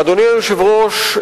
אדוני היושב-ראש,